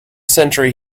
century